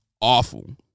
awful